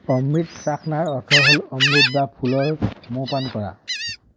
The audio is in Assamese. অমৃত চাখনাৰ অৰ্থ হ'ল অমৃত বা ফুলৰ মৌ পান কৰা